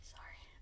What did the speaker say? Sorry